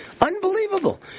Unbelievable